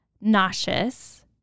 nauseous